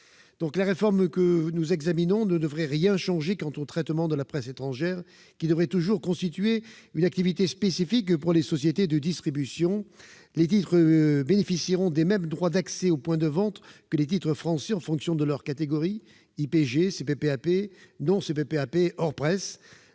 La réforme que nous examinons ne devrait rien changer quant au traitement de la presse étrangère, qui constituera toujours une activité spécifique pour les sociétés de distribution. Les titres bénéficieront des mêmes droits d'accès aux points de vente que les titres français en fonction de leur catégorie : IPG, CPPAP, non-CPPAP, hors presse.